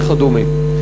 וכדומה.